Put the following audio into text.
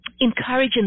encouraging